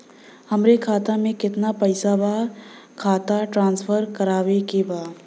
हमारे खाता में कितना पैसा बा खाता ट्रांसफर करावे के बा?